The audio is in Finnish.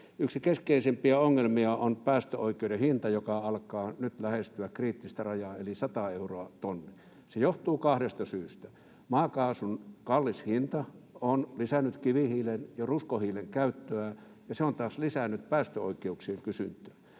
Yksi keskeisimpiä ongelmia on päästöoikeuden hinta, joka alkaa nyt lähestyä kriittistä rajaa eli sataa euroa tonni. Se johtuu kahdesta syystä: maakaasun kallis hinta on lisännyt kivihiilen ja ruskohiilen käyttöä, ja se on taas lisännyt päästöoikeuksien kysyntää,